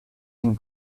sin